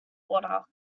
water